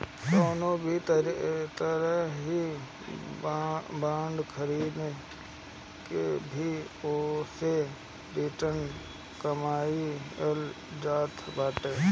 कवनो भी तरही बांड खरीद के भी ओसे रिटर्न कमाईल जात बाटे